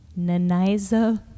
Naniza